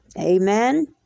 Amen